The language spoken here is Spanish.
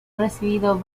recibido